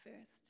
first